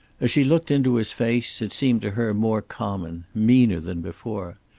as she looked into his face, it seemed to her more common meaner than before.